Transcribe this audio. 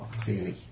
clearly